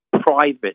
private